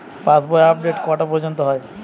পাশ বই আপডেট কটা পর্যন্ত হয়?